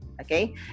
Okay